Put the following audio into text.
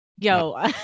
Yo